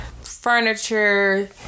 furniture